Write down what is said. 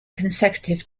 consecutive